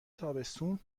تابستون